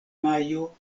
majo